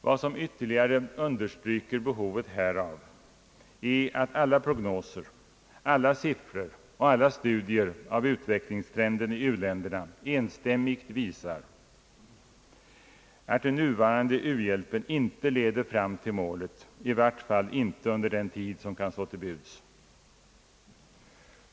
Vad som ytterligare understryker behovet härav är att alla prognoser, alla siffror och alla studier av utvecklingstrenden i u-länderna enstämmigt visar att nuvarande u-hjälp inte leder fram till målet, i varje fall inte inom den tid som kan stå till buds.